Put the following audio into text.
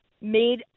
made